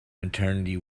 maternity